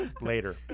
Later